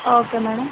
okay madam